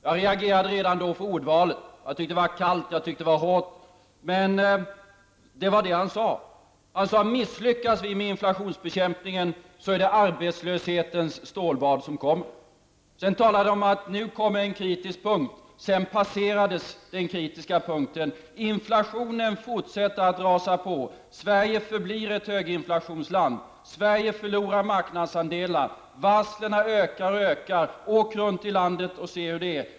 Jag reagerade redan då på ordvalet. Jag tyckte att det var kallt och hårt, men det var det han sade. Han sade att vi misslyckas med inflationsbekämpningen, är det arbetslöshetens stålbad som kommer. Feldt talade om att det kommer en kritisk punkt. Sedan passerades den kritiska punkten. Inflationen fortsätter att rasa på. Sverige förblir ett höginflationsland. Sverige förlorar marknadsandelar. Varslen ökar och ökar. Åk runt i landet och se hur det är!